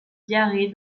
diarrhée